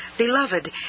Beloved